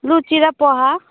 Luche र पोहा